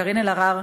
קארין אלהרר,